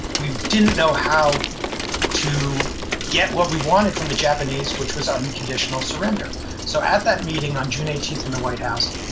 we didn't know how to get what we wanted from the japanese, which was unconditional surrender so at that meeting on june eighteenth in the white house,